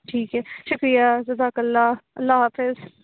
ٹھیک ہے شکریہ جزاک اللہ اللہ حافظ